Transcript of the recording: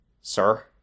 Sir